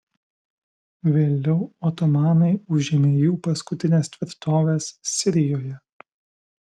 vėliau otomanai užėmė jų paskutines tvirtoves sirijoje